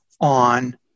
on